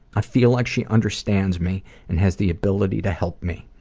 i feel like she understands me and has the ability to help me.